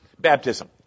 baptism